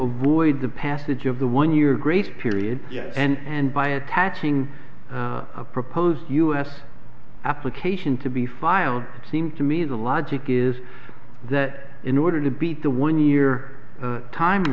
avoid the passage of the one year grace period and by attaching a proposed us application to be filed it seems to me the logic is that in order to beat the one year time